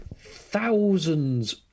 thousands